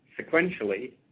sequentially